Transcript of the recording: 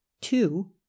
two